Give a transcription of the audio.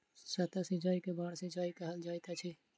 सतह सिचाई के बाढ़ सिचाई कहल जाइत अछि